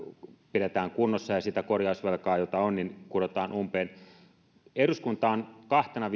pidetään kunnossa ja ja sitä korjausvelkaa jota on kurotaan umpeen eduskunta on kahtena